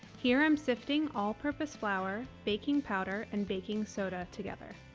here i'm sifting all-purpose flour, baking powder and baking soda together.